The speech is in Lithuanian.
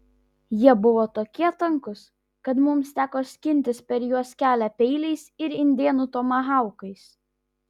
jie buvo tokie tankūs kad mums teko skintis per juos kelią peiliais ir indėnų tomahaukais